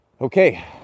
Okay